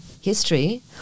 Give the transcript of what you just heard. history